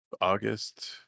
August